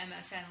MSN